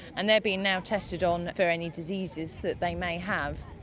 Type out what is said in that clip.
and they're being now tested on for any diseases that they may have.